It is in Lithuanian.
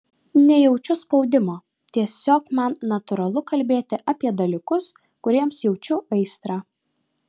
nejaučiu spaudimo tiesiog man natūralu kalbėti apie dalykus kuriems jaučiu aistrą